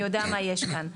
אני יודע מה יש כאן,